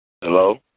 Hello